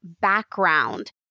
background